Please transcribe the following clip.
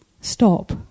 Stop